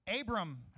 Abram